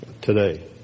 Today